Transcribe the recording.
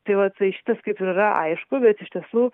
tai vat tai šitas kaip ir yra aišku bet iš tiesų